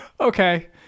Okay